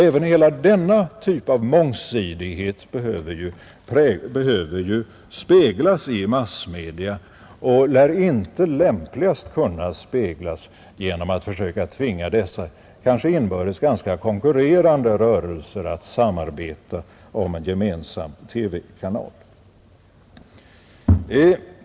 Även denna typ av mångsidighet behöver ju speglas i massmedia och lär inte lämpligast kunna speglas genom att man försöker tvinga dessa kanske inbördes ganska konkurrerande rörelser att samarbeta om en gemensam TV-kanal.